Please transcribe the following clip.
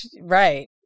Right